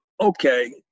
okay